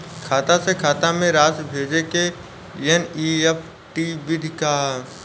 खाता से खाता में राशि भेजे के एन.ई.एफ.टी विधि का ह?